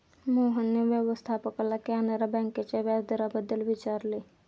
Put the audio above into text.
मोहनने व्यवस्थापकाला कॅनरा बँकेच्या व्याजदराबाबत विचारले